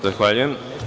Zahvaljujem.